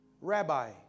Rabbi